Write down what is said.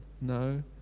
No